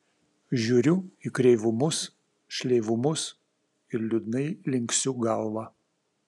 žiūriu į kreivumus šleivumus ir liūdnai linksiu galvą